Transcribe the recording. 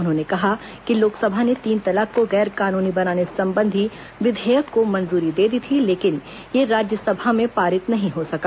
उन्होंने कहा कि लोक सभा ने तीन तलाक को गैर कानूनी बनाने संबंधी विधेयक को मंजूरी दे दी थी लेकिन यह राज्य सभा में पारित नहीं हो सका